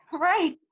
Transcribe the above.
Right